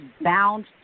bound